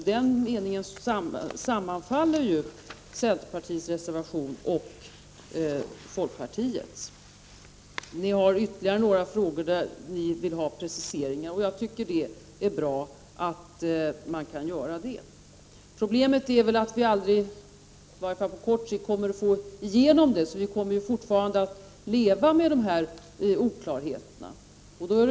I den meningen sammanfaller alltså centerpartiets och folkpartiets reservationer. Det finns ytterligare några frågor där ni i centern vill ha preciseringar, och det är väl bra. Men problemet är att vi aldrig, i varje fall inte på kort sikt, kommer att få igenom våra förslag. Vi kommer alltså att leva med oklarheter på denna punkt.